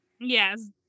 yes